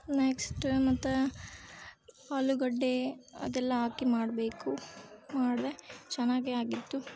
next ಮತ್ತು ಆಲೂಗಡ್ಡೆ ಅದೆಲ್ಲ ಹಾಕಿ ಮಾಡಬೇಕು ಮಾಡಿದೆ ಚೆನ್ನಾಗೇ ಆಗಿತ್ತು